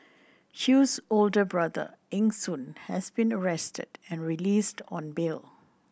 Chew's older brother Eng Soon has been arrested and released on bail